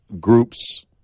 groups